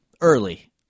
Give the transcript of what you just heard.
early